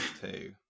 two